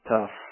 Tough